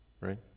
right